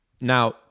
Now